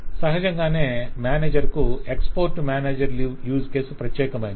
సహజంగానే మేనేజర్ కు exports manager leave use case ప్రత్యేకమైనది